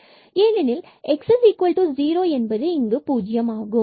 ஏனெனில் x0 என்பது இங்கு பூஜ்யம் ஆகும்